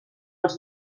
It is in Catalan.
els